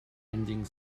ending